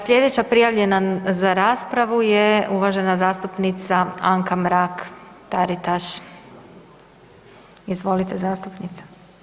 Slijedeća prijavljena za raspravu je uvažena zastupnika Anka Mrak-Taritaš, Izvolite, zastupnice.